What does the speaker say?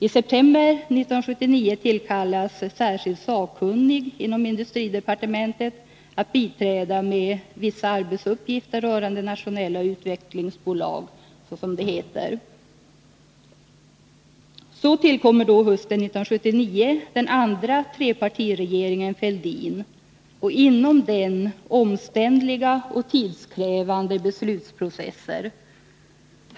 I september 1979 tillkallas en Onsdagen den särskild sakkunnig inom industridepartementet att biträda med ”vissa 20 maj 1981 arbetsuppgifter rörande nationella utvecklingsbolag”, som det heter. Så tillkommer då hösten 1979 den andra trepartiregeringen Fälldin och inom den omständliga och tidskrävande beslutsprocesser.